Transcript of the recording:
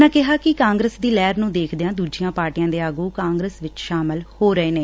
ਉਨ੍ਹਾਂ ਕਿਹਾ ਕਿ ਕਾਂਗਰਸ ਦੀ ਲਹਿਰ ਨ੍ਹੰ ਦੇਖਦਿਆਂ ਦੁਜੀਆਂ ਪਾਰਟੀਆਂ ਦੇ ਆਗੂ ਕਾਂਗਰਸ ਵਿਚ ਸ਼ਾਮਲ ਹੋ ਰਹੇ ਨੇ